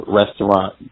restaurant